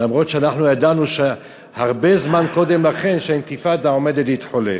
אף-על-פי שאנחנו ידענו הרבה זמן קודם לכן שהאינתיפאדה עומדת להתחולל.